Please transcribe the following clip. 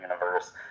universe